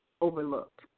overlooked